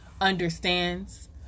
understands